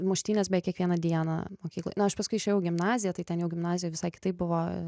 muštynės beveik kiekvieną dieną mokykloj na aš paskui išėjau į gimnaziją tai ten jau gimnazijoj visai kitaip buvo